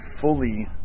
fully